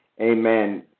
amen